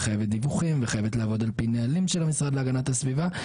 חייבת דיווחים וחייבת לעבוד על פי נהלים של המשרד להגנת הסביבה.